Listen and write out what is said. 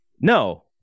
no